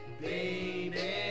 baby